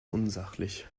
unsachlich